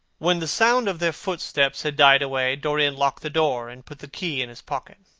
when the sound of their footsteps had died away, dorian locked the door and put the key in his pocket.